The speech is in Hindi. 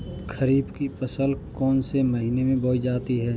खरीफ की फसल कौन से महीने में बोई जाती है?